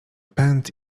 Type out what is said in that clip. pęd